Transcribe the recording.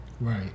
Right